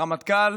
הרמטכ"ל